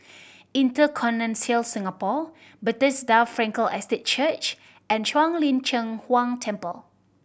InterContinental Singapore Bethesda Frankel Estate Church and Shuang Lin Cheng Huang Temple